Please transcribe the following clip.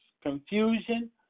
confusion